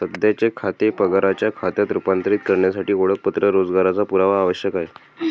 सध्याचे खाते पगाराच्या खात्यात रूपांतरित करण्यासाठी ओळखपत्र रोजगाराचा पुरावा आवश्यक आहे